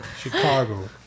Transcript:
Chicago